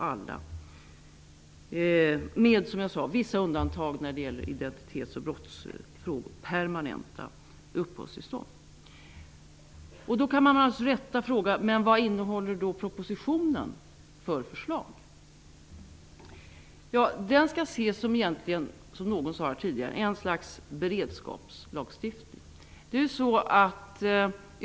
Alla beviljas därför permanent uppehållstillstånd, med vissa undantag för personer med oklar identitet eller brottsbakgrund. Man kan då med rätta fråga: Vilka förslag innehåller propositionen? Som någon sade här tidigare skall den ses som ett slags beredskapslagstiftning.